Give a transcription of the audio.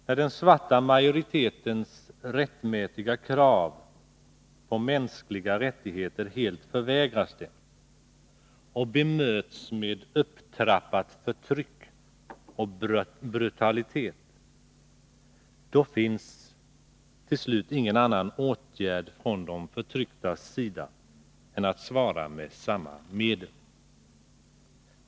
När den svarta majoritetens rättmätiga krav på mänskliga rättigheter helt förvägras den och bemöts med upptrappat förtryck och brutalitet, då finns till slut ingen annan åtgärd från de förtrycktas sida än att svara med samma medel.